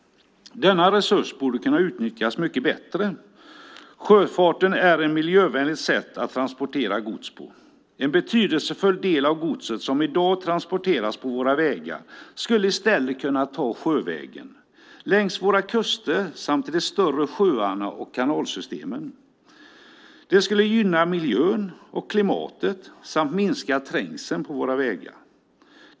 Denna resurs borde kunna utnyttjas mycket bättre. Sjöfarten är ett miljövänligt sätt att transportera gods på. En betydelsefull del av godset som i dag transporteras på våra vägar skulle i stället kunna ta sjövägen - längs våra kuster samt i de större sjöarna och kanalsystemen. Det skulle gynna miljön och klimatet samt minska trängseln på våra vägar.